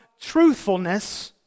truthfulness